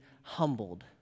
humbled